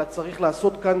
אלא צריך לעשות כאן